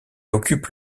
occupe